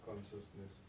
Consciousness